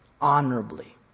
honorably